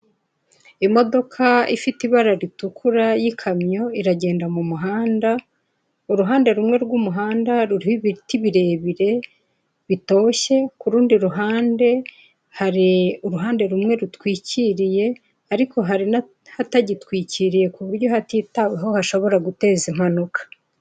Imodoka ifite ibara ritukura y'ikamyo iragenda mu muhanda, uruhande rumwe rw'umuhanda ruriho ibiti birebire bitoshye, ku rundi ruhande hari uruhande rumwe rutwikiriye ariko hari n'a hatagitwikiriye ku buryo hatitaweho hashobora guteza impanuka.